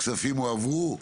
כספים הועברו?